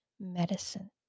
medicine